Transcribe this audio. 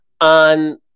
on